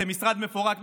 זה משרד מפורק.